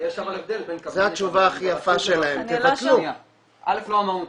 אבל יש הבדל בין --- אל"ף, לא אמרנו 'תבטלו',